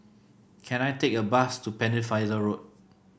can I take a bus to Pennefather Road